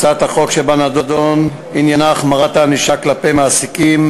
הצעת החוק שבנדון עניינה החמרת הענישה כלפי מעסיקים,